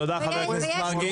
תודה חבר הכנסת מרגי.